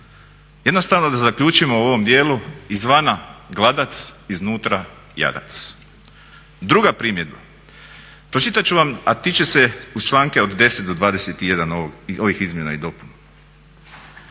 Jednostavno da zaključimo u ovom djelu "Izvana gladac, iznutra jadac." Druga primjedba, pročitat ću vam, a tiče se uz članke od 10. do 21. ovih izmjena i dopuna,